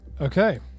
Okay